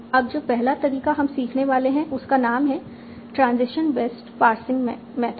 अब जो पहला तरीका हम सीखने वाले हैं उसका नाम है ट्रांजीशन बेस्ट पार्सिंग मेथड